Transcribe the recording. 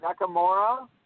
Nakamura